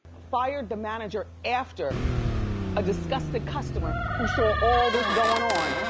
fired the manager after a disgusted customer who saw all this going on,